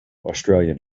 australian